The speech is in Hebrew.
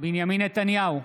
בנימין נתניהו,